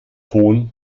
ton